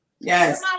Yes